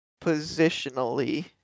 positionally